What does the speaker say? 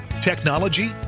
technology